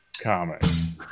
Comics